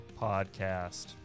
Podcast